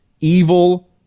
evil